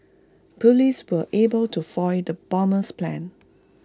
Police were able to foil the bomber's plans